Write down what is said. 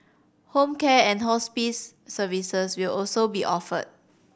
home care and hospice services will also be offered